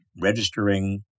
registering